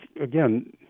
again